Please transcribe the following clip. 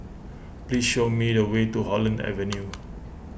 please show me the way to Holland Avenue